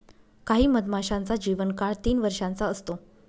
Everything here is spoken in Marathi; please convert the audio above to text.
काही मधमाशांचा जीवन काळ तीन वर्षाचा असतो